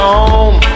home